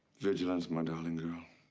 vigilance, my darling girl.